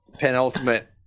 penultimate